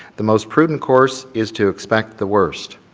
the most prudent course is to expect the worst.